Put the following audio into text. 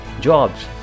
jobs